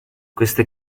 queste